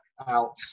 out